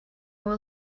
will